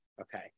okay